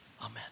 Amen